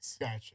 Gotcha